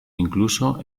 incluso